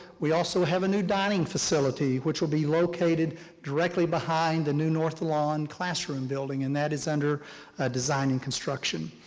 we also have a new dining facility, which will be located directly behind the new north lawn classroom building. and that is under ah design and construction.